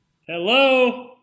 Hello